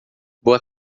boa